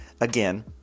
again